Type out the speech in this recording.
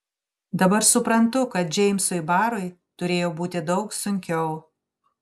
dabar suprantu kad džeimsui barui turėjo būti daug sunkiau